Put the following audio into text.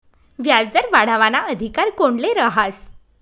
व्याजदर वाढावाना अधिकार कोनले रहास?